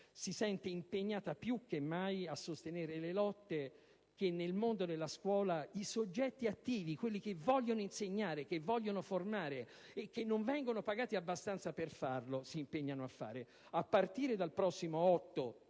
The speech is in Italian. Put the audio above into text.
si sente impegnata, più che mai, a sostenere le lotte che nel mondo della scuola i soggetti attivi, quelli che vogliono insegnare, che vogliono formare e che non vengono pagati abbastanza per farlo, si impegnano a fare. Il prossimo 8